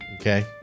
Okay